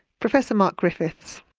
professor mark griffiths.